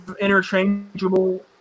interchangeable